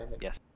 yes